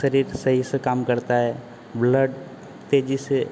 शरीर सही से काम करता है ब्लड तेजी से